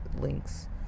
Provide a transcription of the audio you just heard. links